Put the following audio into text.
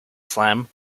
slam